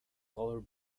color